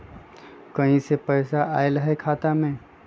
कहीं से पैसा आएल हैं खाता में?